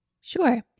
sure